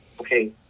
okay